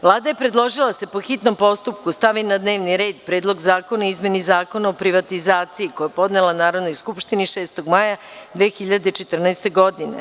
Vlada je predložila da se, po hitnom postupku, stavi na dnevni red Predlog zakona o izmeni Zakona o privatizaciji, koji je podnela Narodnoj skupštini 6. maja 2014. godine.